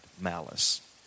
malice